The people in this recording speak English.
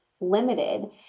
limited